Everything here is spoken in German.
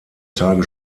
tage